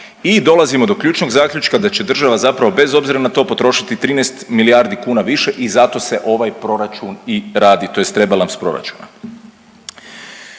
I dolazimo do ključnog zaključka da će država zapravo bez obzira na to potrošiti 13 milijardi kuna više i zato se ovaj proračun i radi tj. rebalans proračuna.